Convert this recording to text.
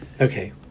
okay